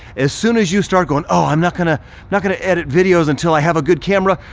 as soon as you start going, oh, i'm not gonna not gonna edit videos until i have a good camera,